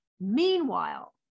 Meanwhile